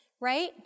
right